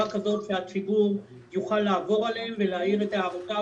כזאת שהציבור יוכל לעבור עליהם ולהעיר את הערותיו